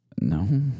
No